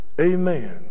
Amen